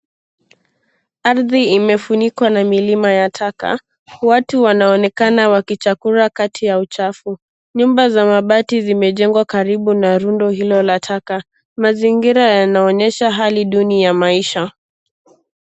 Ardhi imefunikwa na milima ya taka, watu wanaonekana wakichakura kati ya uchafu. Nyumba za mabati zimejengwa karibu na rundo hilo la taka. Mazingira yanaonyesha hali duni ya maisha.